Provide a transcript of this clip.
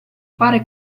fare